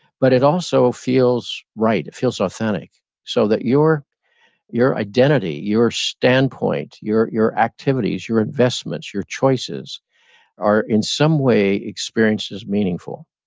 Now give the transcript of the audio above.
but it also feels right. it feels authentic so that your your identity, your standpoint, your your activities, your investments, your choices are in some way experienced as meaningful.